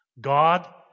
God